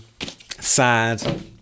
sad